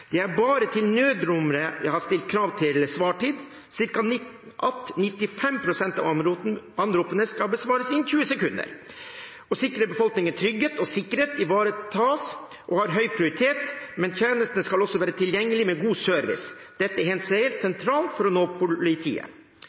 Det er bare til nødnummeret jeg har stilt krav til svartid – at 95 pst. av anropene skal besvares innen 20 sekunder. Å sikre at befolkningens trygghet og sikkerhet ivaretas, har høy prioritet, men tjenestene skal også være tilgjengelige med god service. Dette er helt sentrale mål for